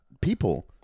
people